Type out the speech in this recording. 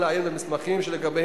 למשל,